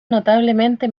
notablemente